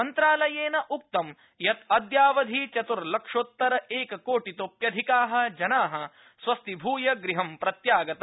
मन्त्रालयेन उक्तं यत् अद्यावधि चत्र्लक्षोत्तर एककोटितोप्यधिका जना स्वस्थीभूय गृहं प्रत्यागता